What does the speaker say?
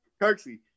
Kirksey